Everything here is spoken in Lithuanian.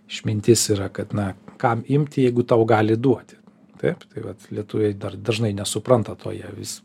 išmintis yra kad na kam imti jeigu tau gali duoti taip tai vat lietuviai dar dažnai nesupranta to jie vis